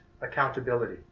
accountability